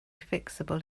fixable